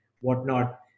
whatnot